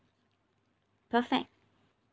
perfect